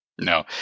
No